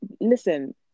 Listen